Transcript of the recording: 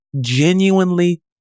genuinely